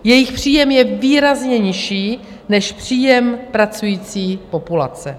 Jejich příjem je výrazně nižší než příjem pracující populace.